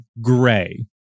gray